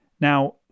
Now